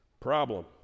problem